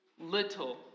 Little